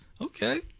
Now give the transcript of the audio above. Okay